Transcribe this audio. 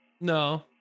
No